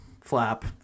flap